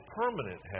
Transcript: permanent